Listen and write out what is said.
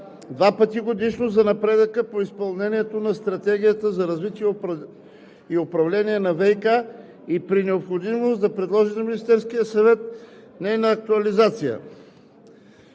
два пъти годишно за напредъка по изпълнението на Стратегията за развитие и управление на ВиК и при необходимост да предложи на Министерския съвет нейна актуализация.